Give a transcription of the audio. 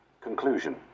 Conclusion